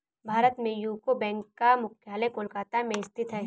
भारत में UCO bank का मुख्यालय कोलकाता में स्थित है